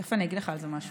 תכף אני אגיד לך על זה משהו.